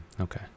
Okay